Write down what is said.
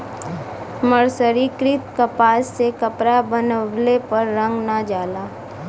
मर्सरीकृत कपास से कपड़ा बनवले पर रंग ना जाला